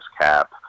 cap